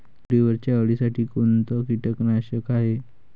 तुरीवरच्या अळीसाठी कोनतं कीटकनाशक हाये?